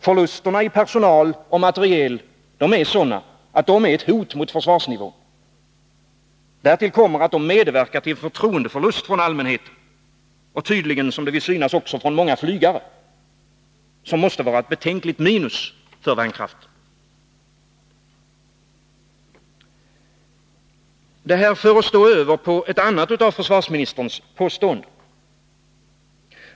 Förlusterna i personal och materiel är sådana att de är ett hot mot försvarsnivån. Därtill kommer att de medverkar till en förtroendeförlust från allmänheten — och tydligen även från många flygare — vilket måste vara ett betänkligt minus för värnkraften. Det för oss över på ett annat av försvarsministerns påståenden.